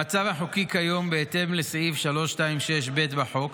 המצב החוקי כיום, בהתאם לסעיף 326(ב) לחוק,